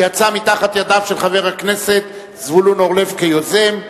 שיצאה מתחת ידיו של חבר הכנסת זבולון אורלב כיוזם,